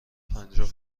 پنجاه